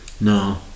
No